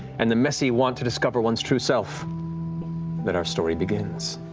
and the messy want to discover one's true self that our story begins.